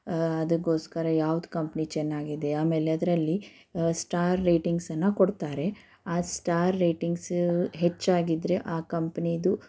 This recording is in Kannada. ಅದಕ್ಕೋಸ್ಕರ ಯಾವುದು ಕಂಪ್ನಿ ಚೆನ್ನಾಗಿದೆ ಆಮೇಲೆ ಅದರಲ್ಲಿ ಸ್ಟಾರ್ ರೇಟಿಂಗ್ಸನ್ನು ಕೊಡ್ತಾರೆ ಆ ಸ್ಟಾರ್ ರೇಟಿಂಗ್ಸ ಹೆಚ್ಚಾಗಿದ್ದರೆ ಆ ಕಂಪ್ನಿದು